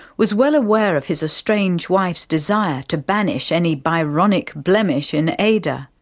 was well aware of his estranged wife's desire to banish any byronic blemish in ada.